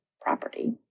property